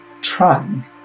trying